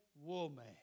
woman